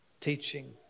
Teaching